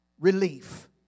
Relief